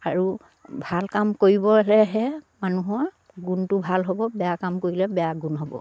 আৰু ভাল কাম কৰিবলেহে মানুহৰ গুণটো ভাল হ'ব বেয়া কাম কৰিলে বেয়া গুণ হ'ব